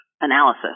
analysis